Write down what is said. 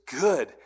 good